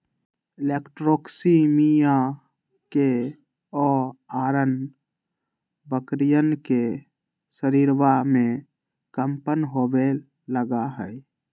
enterotoxaemia के अआरण बकरियन के शरीरवा में कम्पन होवे लगा हई